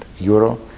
euro